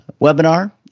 webinar